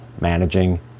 managing